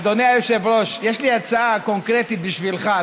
אדוני היושב-ראש, יש לי הצעה קונקרטית בשבילך.